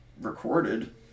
recorded